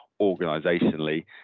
organisationally